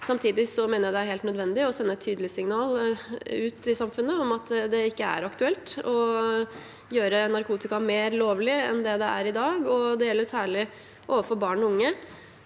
Samtidig mener jeg det er helt nødvendig å sende et tydelig signal ut i samfunnet om at det ikke er aktuelt å gjøre narkotika mer lovlig enn det det er i dag. Det gjelder særlig overfor barn og unge.